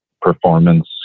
performance